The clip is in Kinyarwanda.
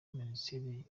minisiteri